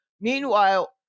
Meanwhile